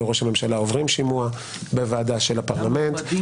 ראש הממשלה עוברים שימוע בוועדה של הפרלמנט.